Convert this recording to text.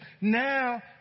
Now